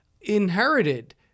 inherited